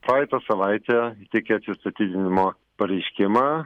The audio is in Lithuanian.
praeitą savaitę įteikė atsistatydinimo pareiškimą